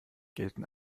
gelten